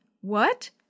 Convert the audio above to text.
What